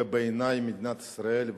ובעיני מדינת ישראל,